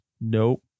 Nope